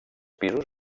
pisos